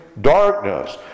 darkness